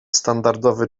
standardowy